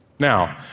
now,